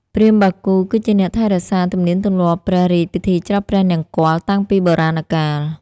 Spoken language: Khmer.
ព្រាហ្មណ៍បាគូ គឺជាអ្នកថែរក្សាទំនៀមទម្លាប់ព្រះរាជពិធីច្រត់ព្រះនង្គ័លតាំងពីបុរាណកាល។